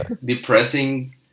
depressing